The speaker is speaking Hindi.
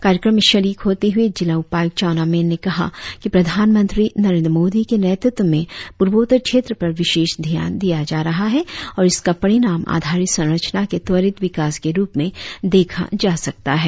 कार्यक्रम में शरीक होते हुए जिला उपायुक्त चाऊना मैन ने कहा कि प्रधानमंत्री नरेंद्र मोदी के नेतृत्व में पुर्वोत्तर क्षेत्र पर विशेष ध्यान दिया जा रहा है और इसका परिणाम आधारित संरचना के त्वरित विकास के रुप में देखा जा सकता है